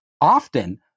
often